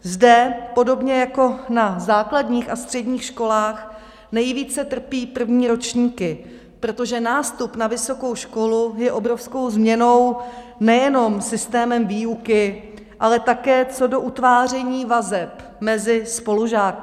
Zde, podobně jako na základních a středních školách, nejvíce trpí první ročníky, protože nástup na vysokou školu je obrovskou změnou nejenom systémem výuky, ale také co do utváření vazeb mezi spolužáky.